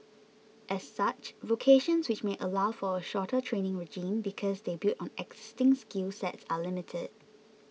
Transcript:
as such vocations which may allow for a shorter training regime because they build on existing skill sets are limited